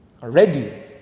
ready